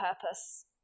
purpose